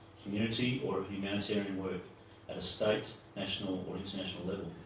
community or humanitarian work at a state, national, or international level.